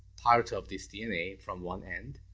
part of this dna from one end.